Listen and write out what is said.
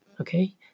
okay